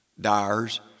dyers